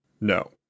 No